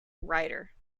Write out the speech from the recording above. writer